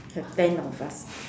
so ten of us